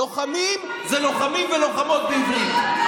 "לוחמים" זה לוחמים ולוחמות בעברית.